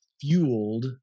fueled